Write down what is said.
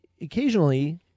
occasionally